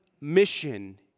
mission